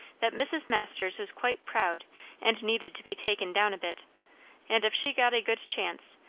that mrs. masters was quite proud and needed to be taken down a bit and if she got a good chance,